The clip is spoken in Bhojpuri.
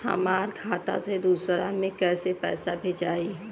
हमरा खाता से दूसरा में कैसे पैसा भेजाई?